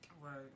Right